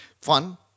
fun